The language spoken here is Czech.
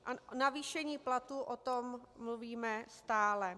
A navýšení platů, o tom mluvíme stále.